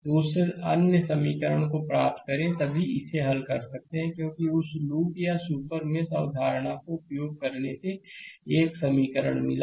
तो उस अन्य समीकरण को प्राप्त करें तभी इसे हल कर सकते हैं क्योंकि उस लूप या सुपर मेष अवधारणा का उपयोग करने से एक समीकरण मिला